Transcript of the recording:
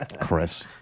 Chris